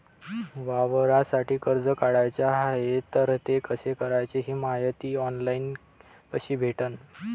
वावरासाठी कर्ज काढाचं हाय तर ते कस कराच ही मायती ऑनलाईन कसी भेटन?